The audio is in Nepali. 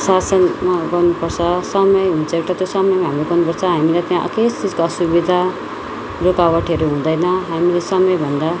सत्सङ्गमा गर्नुपर्छ समय हुन्छ एउटा त्यो समयमा हामीले गर्नुपर्छ हामीले त्यहाँ केही चिजको असुविधा रोकावटहरू हुँदैन हामीले समय भन्दा